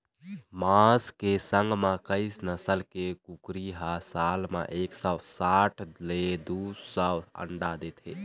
मांस के संग म कइ नसल के कुकरी ह साल म एक सौ साठ ले दू सौ अंडा देथे